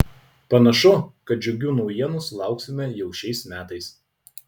panašu kad džiugių naujienų sulauksime jau šiais metais